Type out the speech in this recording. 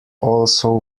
also